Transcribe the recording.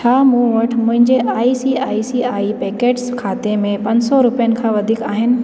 छा मूं वटि मुंहिंजे I C I C I Pockets खाते में पंज सौ रुपियनि खां वधीक आहिनि